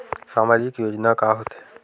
सामाजिक योजना का होथे?